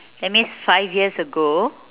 that means five years ago